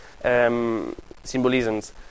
Symbolisms